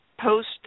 post